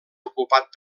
ocupat